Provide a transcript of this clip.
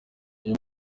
uyu